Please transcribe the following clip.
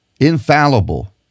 infallible